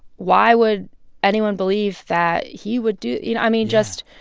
why would anyone believe that he would do you know, i mean, just.